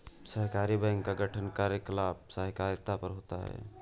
सहकारी बैंक का गठन कार्यकलाप सहकारिता पर होता है